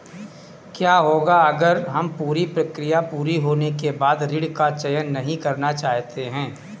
क्या होगा अगर हम पूरी प्रक्रिया पूरी होने के बाद ऋण का चयन नहीं करना चाहते हैं?